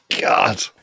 God